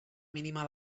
mínima